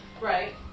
Right